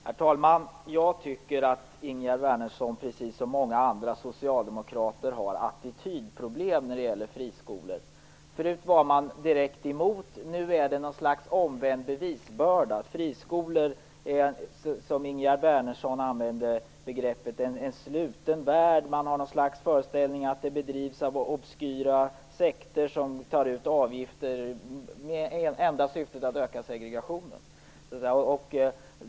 Herr talman! Jag tycker att Ingegerd Wärnersson precis som många andra socialdemokrater har ett attitydproblem när det gäller friskolor. Förr var man direkt emot dem, nu är det fråga om något slags omvänd bevisbörda. Friskolor skulle, med det begrepp Ingegerd Wärnersson använder, vara en sluten värld. Man har en slags föreställning om att detta är något som bedrivs av obskyra sekter som tar ut avgifter och har som enda syfte att öka segregationen.